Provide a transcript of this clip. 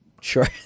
Sure